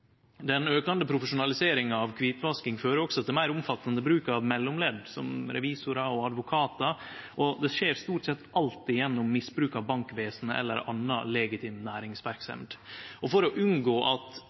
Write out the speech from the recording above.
Den aukande profesjonaliseringa av kvitvasking fører også til meir omfattande bruk av mellomledd, som revisorar og advokatar. Det skjer stort sett alltid gjennom misbruk av bankvesenet eller anna legitim næringsverksemd. For å unngå at